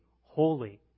holy